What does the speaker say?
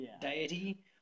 deity